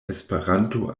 esperanto